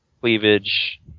cleavage